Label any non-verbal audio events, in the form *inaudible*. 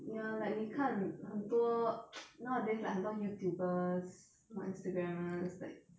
ya like 你看很多 *noise* nowadays like 很多 youtubers or instagrammers like